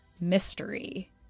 mystery